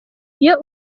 iyo